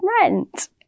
rent